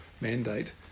mandate